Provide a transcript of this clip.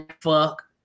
Fuck